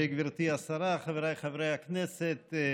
גברתי השרה, חבריי חברי הכנסת,